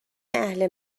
اهل